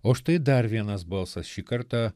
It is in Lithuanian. o štai dar vienas balsas šį kartą